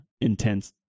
intense